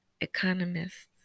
economists